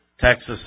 Texas